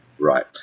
Right